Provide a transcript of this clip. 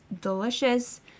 delicious